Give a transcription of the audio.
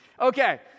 Okay